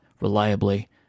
reliably